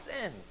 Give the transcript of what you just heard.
sin